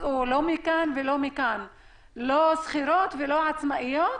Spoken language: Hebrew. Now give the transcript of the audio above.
לא שכירות ולא עצמאיות.